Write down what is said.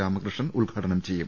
രാമകൃഷ്ണൻ ഉദ്ഘാ ടനം ചെയ്യും